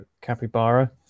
capybara